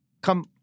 come